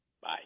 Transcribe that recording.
Bye